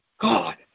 God